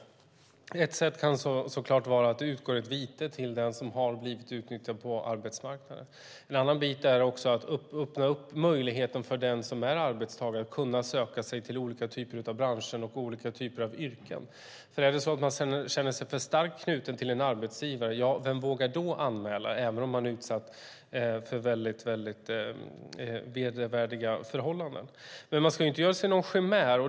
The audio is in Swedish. Ett sätt kan såklart vara att det utgår ett vite till den som har blivit utnyttjad på arbetsmarknaden. En annan bit är att öppna upp möjligheten för den som är arbetstagare att kunna söka sig till olika typer av branscher och olika typer av yrken. Är det så att man känner sig för starkt knuten till en arbetsgivare, vem vågar då anmäla, även om man är utsatt för väldigt vedervärdiga förhållanden. Man ska ändå inte göra sig någon chimär.